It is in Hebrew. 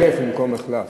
מַחלֵף במקום מֶחלָף.